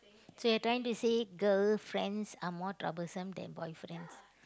so you are trying to say girl friends are more troublesome than boy friends